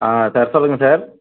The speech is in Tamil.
ஆ சார் சொல்லுங்க சார்